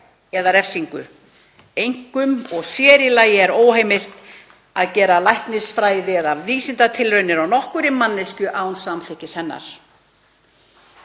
eða refsingu. Einkum og sér í lagi er óheimilt að gera læknisfræði- eða vísindatilraunir á nokkurri manneskju án samþykkis hennar.“